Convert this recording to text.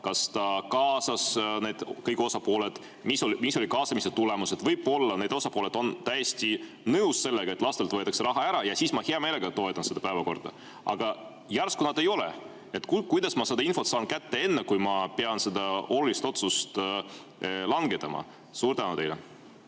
kas ta kaasas kõik osapooled, mis olid kaasamise tulemused. Võib-olla need osapooled on täiesti nõus sellega, et lastelt võetakse raha ära, ja siis ma hea meelega toetan seda päevakorda. Aga järsku nad ei ole? Kuidas ma saan selle info kätte enne, kui ma pean selle olulise otsuse langetama? Suur tänu,